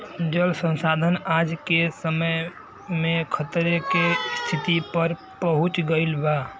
जल संसाधन आज के समय में खतरे के स्तिति में पहुँच गइल बा